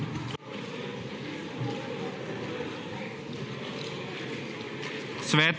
Sveta